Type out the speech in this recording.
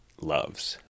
loves